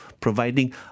providing